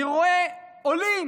אני רואה עולים,